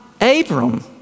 Abram